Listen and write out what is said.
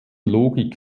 logik